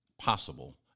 possible